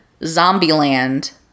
Zombieland